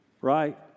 right